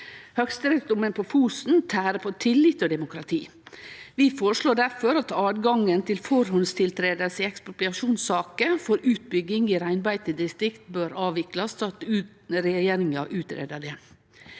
Høgsterettsdomen på Fosen tærer på tillit og demokrati. Vi føreslår difor at tilgangen til førehandstiltreding i ekspropriasjonssaker for utbygging i reinbeitedistrikt bør avviklast, og at regjeringa greier det